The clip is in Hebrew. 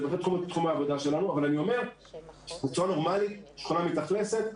זה לא בתחום העבודה שלנו אבל אני אומר שבצורה נורמלית שכונה מתאכלסת,